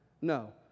No